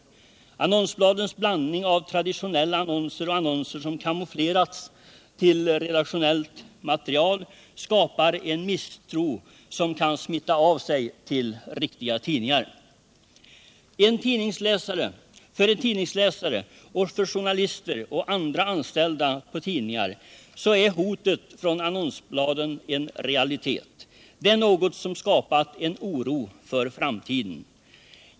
Annonsbladens blandning av traditionella annonser och annonser som kamouflerats till redaktionellt material skapar en misstro, som kan smitta av sig till riktiga tidningar. För tidningsägare samt journalister och andra anställda på tidningar är hotet från annonsbladen en realitet. Det är något som skapat en oro för framtiden.